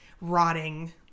rotting